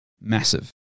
Massive